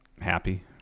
Happy